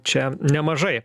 čia nemažai